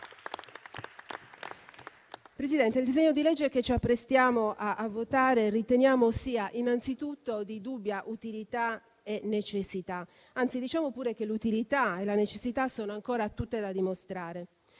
Il disegno di legge che ci apprestiamo a votare riteniamo sia innanzitutto di dubbia utilità e necessità. Anzi, diciamo pure che l'utilità e la necessità sono ancora tutte da dimostrare.